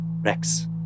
Rex